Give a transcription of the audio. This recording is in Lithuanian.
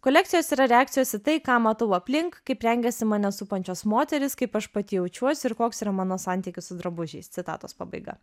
kolekcijos yra reakcijos į tai ką matau aplink kaip rengiasi mane supančios moterys kaip aš pati jaučiuosi ir koks yra mano santykis su drabužiais citatos pabaiga